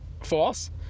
false